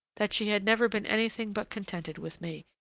that she had never been anything but contented with me,